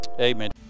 Amen